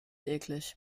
eklig